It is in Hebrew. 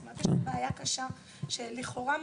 זאת אומרת יש כאן בעיה קשה שלכאורה מהותית,